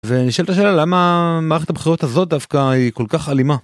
ואני שואל את השאלה למה מערכת הבחירות הזאת דווקא היא כל כך אלימה.